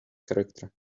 character